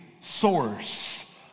source